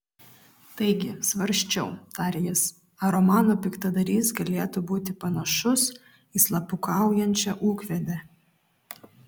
taigi svarsčiau tarė jis ar romano piktadarys galėtų būti panašus į slapukaujančią ūkvedę